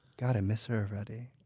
god, i miss her already.